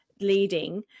leading